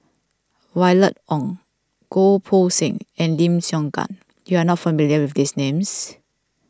Violet Oon Goh Poh Seng and Lim Siong Guan you are not familiar with these names